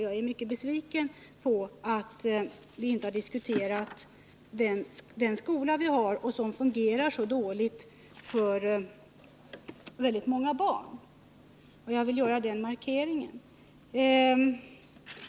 Jag är mycket besviken över att vi inte har diskuterat den skola vi har som fungerar så dåligt för väldigt många barn. Jag vill göra den markeringen.